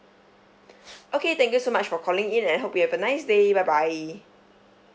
okay thank you so much for calling in and hope you have a nice day bye bye